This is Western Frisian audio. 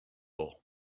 wol